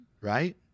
right